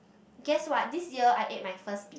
guess what this year I ate my first